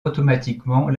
automatiquement